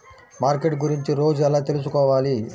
Market గురించి రోజు ఎలా తెలుసుకోవాలి?